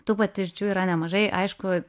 tų patirčių yra nemažai aišku